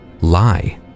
Lie